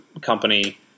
Company